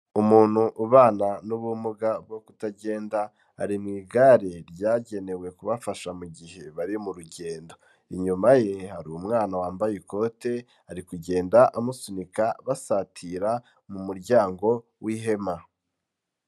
Umuntu ubana n'ubumuga bwo kutagenda ari mu igare ryagenewe kubafasha mu gihe bari mu rugendo, inyuma ye hari umwana wambaye ikote ari kugenda amusunika basatira mu muryango w'ihema.